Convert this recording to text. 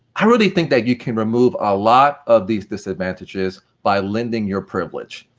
i really think that you can remove a lot of these disadvantages by lending your privilege.